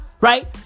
Right